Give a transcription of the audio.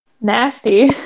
Nasty